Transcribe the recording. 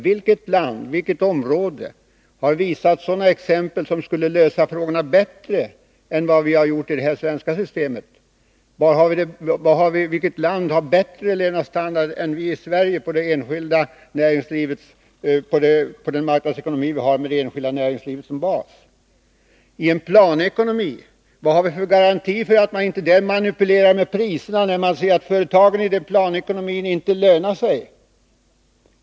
Vilket område har visat exempel på att lösa frågorna bättre än vi har gjort i det svenska systemet? Vilket land har bättre levnadsstandard än vi i Sverige, tack vare marknadsekonomin med det enskilda näringslivet som bas? Vad har vi för garanti för att man inte i en planekonomi manipulerar med priser när man ser att företagen i planekonomin inte lönar sig?